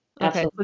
Okay